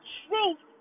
truth